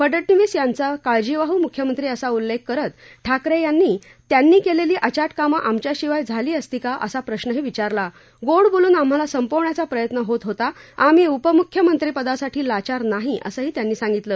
फडणवीस यांचा काळजीवाहू मुख्यमंत्री असा उल्लेख करत ठाकरे त्यांनी केलेली अचाट कामं आमच्याशिवाय झाली असती का असा प्रश्रही त्यांनी विचारला गोड बोलून आम्हाला संपवण्याचा प्रयत्न होत होता आम्ही उपमुख्यमंत्रीपदासाठी लाचार नाही असंही त्यांनी सांगितलं